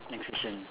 next question